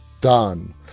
done